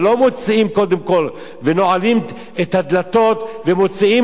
ולא מוציאים קודם כול ונועלים את הדלתות ומוציאים